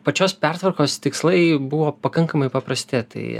pačios pertvarkos tikslai buvo pakankamai paprasti tai